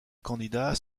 candidats